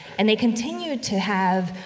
and they continued to have,